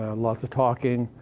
lots of talking,